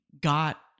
got